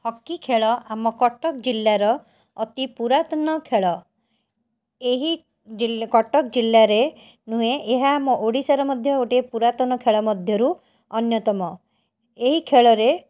hockey ଖେଳ ଆମ କଟକ ଜିଲ୍ଲାର ଅତି ପୁରାତନ ଖେଳ ଏହି କଟକ ଜିଲ୍ଲାରେ ନୁହେଁ ଏହା ଆମ ଓଡ଼ିଶାର ମଧ୍ୟ ଗୋଟିଏ ପୁରାତନ ଖେଳ ମଧ୍ୟରୁ ଅନ୍ୟତମ ଏହି ଖେଳରେ